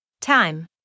time